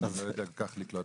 אני לא יודע כל כך לקלוט